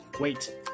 Wait